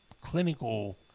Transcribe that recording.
clinical